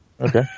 Okay